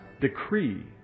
decree